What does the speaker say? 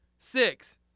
Six